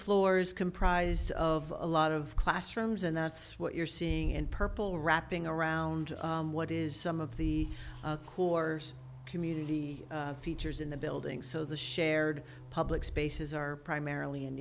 floor is comprised of a lot of classrooms and that's what you're seeing in purple wrapping around what is some of the corps community features in the building so the shared public spaces are primarily